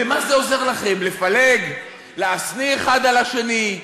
למה עוזר לכם לפלג, להשניא את האחד על השני?